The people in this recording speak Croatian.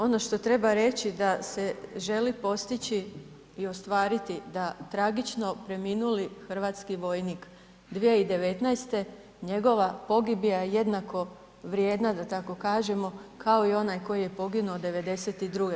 Ono što treba reći da se želi postići i ostvariti da tragično preminuli hrvatski vojnik 2019. njegova pogibija je jednako vrijedna, da tako kažem, kao i onaj koji je poginuo '92.